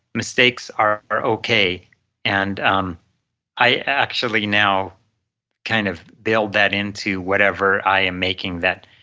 mistakes are are okay and um i actually now kind of bailed that into whatever i'm making that,